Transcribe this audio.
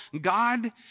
God